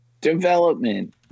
Development